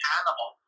animal